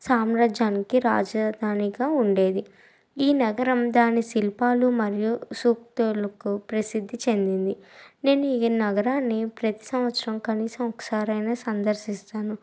సామ్రాజ్యానికి రాజదానిగా ఉండేది ఈ నగరం దాని శిల్పాలు మరియు సూక్తులుకు ప్రసిద్ది చెందింది నేనీ నగరాన్ని ప్రతి సంవత్సరం కనీసం ఒకసారైనా సందర్శిస్తాను